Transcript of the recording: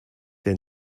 der